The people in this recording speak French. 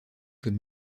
comme